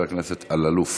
חבר הכנסת אלאלוף.